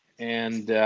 and,